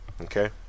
Okay